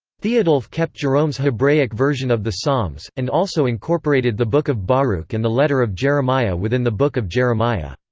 theodulf kept jerome's hebraic version of the psalms, and also incorporated the book of baruch and the letter of jeremiah within the book of jeremiah.